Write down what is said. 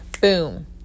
boom